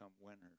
winners